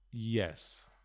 Yes